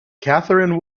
catherine